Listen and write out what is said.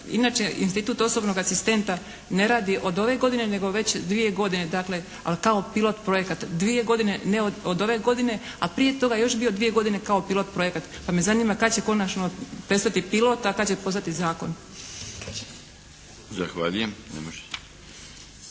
inače institut osobnog asistenta ne radi od ove godine, nego već dvije godine dakle, ali kao pilot projekat dvije godine, ne od ove godine, a prije toga još je bio dvije godine kao pilot projekat pa me zanima kad će konačno prestati pilot, a kad će postati zakon. **Milinović,